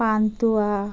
pantua